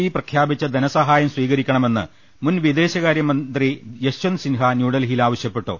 E പ്രഖ്യാപിച്ച ധനസഹായം സ്വീകരിക്കണമെന്ന് മുൻ വിദേശകാര്യമന്ത്രി യശ്വന്ത് സിൻഹ ന്യൂഡൽഹിയിൽ ആവശ്യപ്പെട്ടു